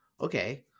okay